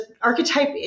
archetype